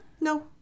No